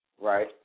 Right